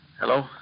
Hello